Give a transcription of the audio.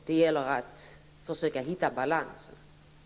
Det gäller att försöka komma fram till en balans.